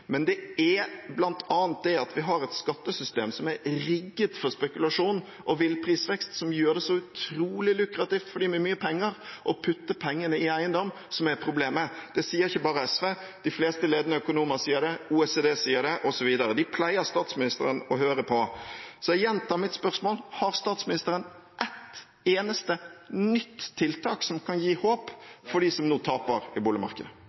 Men det er bl.a. det at vi har et skattesystem som er rigget for spekulasjon og vill prisvekst, som gjør det så utrolig lukrativt for dem med mye penger å putte pengene i eiendom, som er problemet. Det sier ikke bare SV. De fleste ledende økonomer sier det, OECD sier det, osv. Dem pleier statsministeren å høre på. Så jeg gjentar mitt spørsmål: Har statsministeren ett eneste nytt tiltak som kan gi håp for dem som nå taper i boligmarkedet?